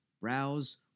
browse